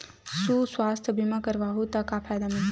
सुवास्थ बीमा करवाहू त का फ़ायदा मिलही?